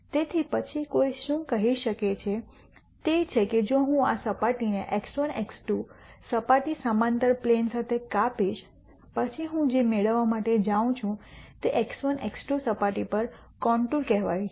તેથી પછી કોઈ શું કહી શકે છે તે છે કે જો હું આ સપાટીને x1 x2 સપાટી સમાંતર પ્લેન સાથે કાપીશ પછી હું જે મેળવવા માટે જાઉં છું તે x1 x2 સપાટી પર કોન્ટૂર કહેવાય છે